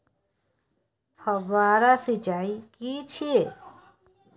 फव्वारा सिंचाई की छिये?